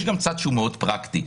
יש גם צד שהוא מאוד פרקטי,